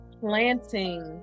planting